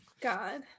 God